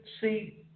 see